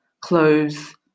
clothes